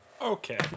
Okay